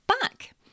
back